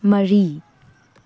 ꯃꯔꯤ